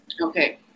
Okay